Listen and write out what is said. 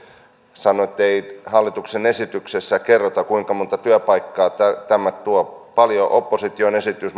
että ei hallituksen esityksessä kerrota kuinka monta työpaikkaa tämä tuo montako työpaikkaa opposition esitys